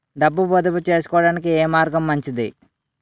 డబ్బు పొదుపు చేయటానికి ఏ మార్గం మంచిది?